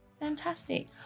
Fantastic